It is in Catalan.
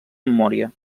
memòria